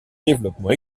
développement